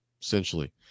essentially